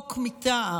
חוק מטעם,